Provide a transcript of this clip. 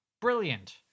Brilliant